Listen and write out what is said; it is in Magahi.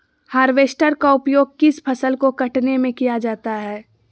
हार्बेस्टर का उपयोग किस फसल को कटने में किया जाता है?